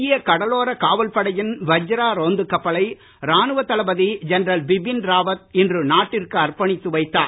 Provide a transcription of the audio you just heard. இந்திய கடலோரக் காவல் படையின் வஜ்ரா ரோந்துக் கப்பலை ராணுவ தளபதி ஜெனரல் பிபின் ராவத் இன்று நாட்டிற்கு அர்ப்பணித்து வைத்தார்